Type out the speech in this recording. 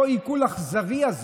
אותו עיקול אכזרי.